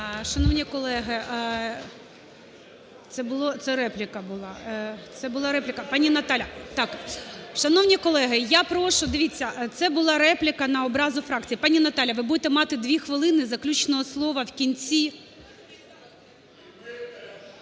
репліка була. Це була репліка. Пані Наталя, так. Шановні колеги, я прошу… дивіться, це була репліка на образу фракції. Пані Наталя, ви будете мати 2 хвилини заключного слова в кінці…